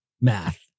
math